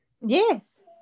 Yes